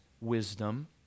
wisdom